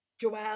Joel